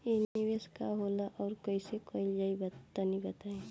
इ निवेस का होला अउर कइसे कइल जाई तनि बताईं?